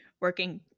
working